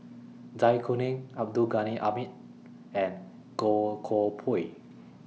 Zai Kuning Abdul Ghani Hamid and Goh Koh Pui